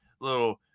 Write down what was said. little